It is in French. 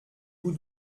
vous